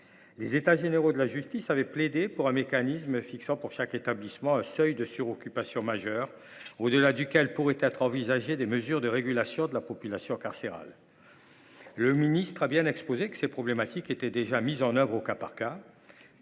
Les États généraux de la justice avaient plaidé pour un mécanisme fixant pour chaque établissement un seuil de « suroccupation majeure » au-delà duquel pourraient être envisagées des mesures de régulation de la population carcérale. Le ministre a bien exposé que ces problématiques étaient déjà mises en œuvre au cas par cas,